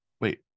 wait